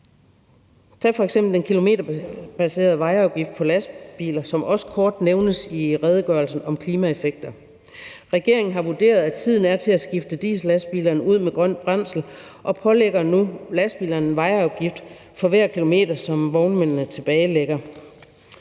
tage den kilometerbaserede vejafgift på lastbiler, som også kort nævnes i redegørelsen om klimaeffekter. Regeringen har vurderet, at tiden er til at skifte diesel til lastbiler ud med grønt brændstof, og lægger nu en vejafgift på lastbilerne for hver kilometer, som vognmændene tilbagelægger.